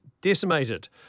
decimated